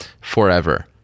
forever